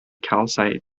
calcite